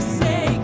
say